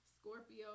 Scorpio